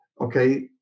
Okay